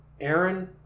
Aaron